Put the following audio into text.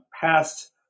past